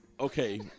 Okay